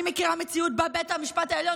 אני מכירה מציאות שבה בית המשפט העליון